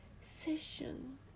session